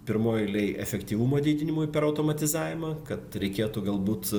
pirmoj eilėj efektyvumo didinimui per automatizavimą kad reikėtų galbūt